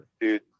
dude